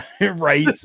right